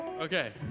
Okay